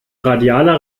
radialer